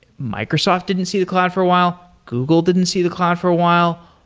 microsoft didn't see the cloud for a while. google didn't see the cloud for a while.